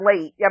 late